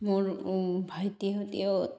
মোৰ ভাইটিহঁত